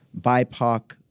BIPOC